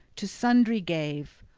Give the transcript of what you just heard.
to sundry gave.